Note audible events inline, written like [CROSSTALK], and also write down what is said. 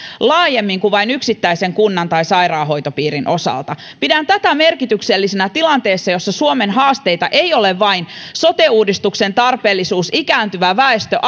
laajemmin kuin vain yksittäisen kunnan tai sairaanhoitopiirin osalta pidän tätä merkityksellisenä tilanteessa jossa suomen haasteita eivät ole vain sote uudistuksen tarpeellisuus ikääntyvä väestö [UNINTELLIGIBLE]